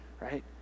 right